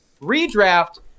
Redraft